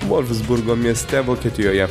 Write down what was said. volfsburgo mieste vokietijoje